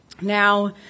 Now